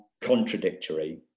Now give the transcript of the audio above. contradictory